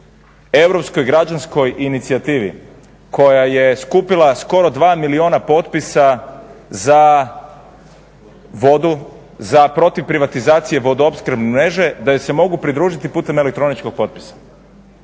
Europskoj građanskoj inicijativi koja je skupila skoro 2 milijuna potpisa za vodu, protiv privatizacije vodoopskrbne mreže, da joj se mogu pridružiti putem elektroničkog potpisa.